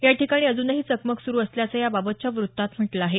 याठिकाणी अज्नही चकमक स्रु असल्याचं याबाबतच्या वृत्तात म्हटलं आहे